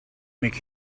make